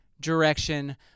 direction